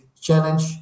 challenge